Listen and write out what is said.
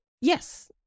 Yes